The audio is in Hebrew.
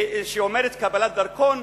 שאומרת קבלת דרכון,